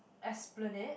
esplanade